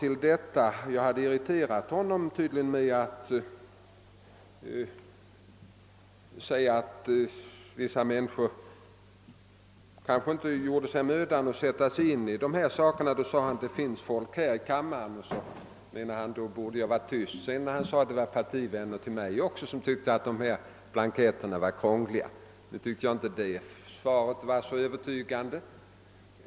Tydligen hade jag irriterat honom genom att säga att vissa människor kanske inte gjorde sig mödan att sätta sig in i dessa frågor. Han sade att det finns personer här i kammaren som har samma uppfattning som han och ansåg att jag därför borde vara tyst. Vidare framhöll han att det även finns partivänner till mig som tycker att blanketterna är krångliga, ett svar som jag inte anser vara särskilt övertygande.